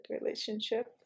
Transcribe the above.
relationship